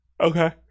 Okay